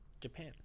Japan